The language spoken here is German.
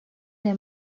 der